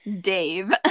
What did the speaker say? Dave